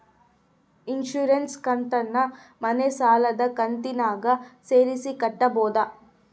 Insurance ಕಂತನ್ನ ಮನೆ ಸಾಲದ ಕಂತಿನಾಗ ಸೇರಿಸಿ ಕಟ್ಟಬೋದ?